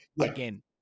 again